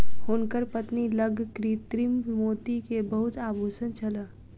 हुनकर पत्नी लग कृत्रिम मोती के बहुत आभूषण छल